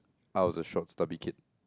I was a short stubby kid